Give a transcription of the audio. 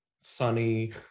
sunny